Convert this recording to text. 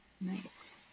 Nice